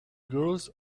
girls